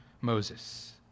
Moses